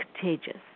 contagious